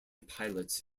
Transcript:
pilots